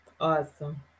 Awesome